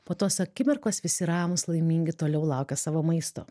po tos akimirkos visi ramūs laimingi toliau laukia savo maisto